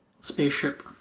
spaceship